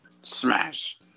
Smash